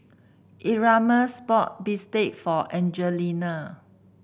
Erasmus bought bistake for Angelina